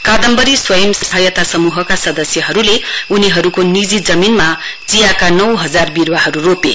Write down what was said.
कादम्बरी स्वंय सहायता समूहका सदस्यहरूले उनीहरूको निजी जमीनमा चियाका नौ हजार विरूवाहरु रोपे